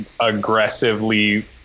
aggressively